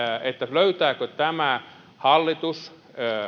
löytääkö tämä hallitus